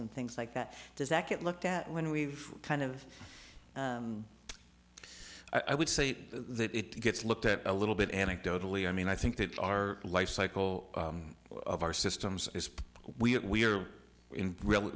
and things like that does that get looked at when we've kind of i would say that it gets looked at a little bit anecdotally i mean i think that our lifecycle of our systems is we are in real